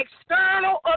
external